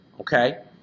Okay